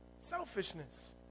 Selfishness